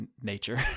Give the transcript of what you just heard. nature